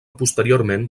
posteriorment